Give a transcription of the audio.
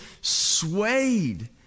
swayed